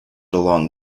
along